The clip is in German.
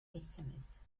sms